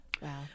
Wow